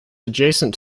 adjacent